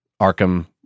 Arkham